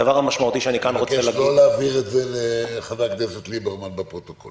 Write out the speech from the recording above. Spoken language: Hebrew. רק לא להעביר את זה לחבר הכנסת ליברמן בפרוטוקול.